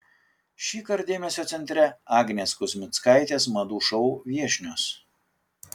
šįkart dėmesio centre agnės kuzmickaitės madų šou viešnios